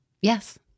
Yes